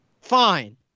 Fine